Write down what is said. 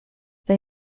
they